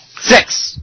Six